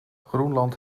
groenland